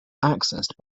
accessed